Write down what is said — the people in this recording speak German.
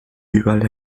überall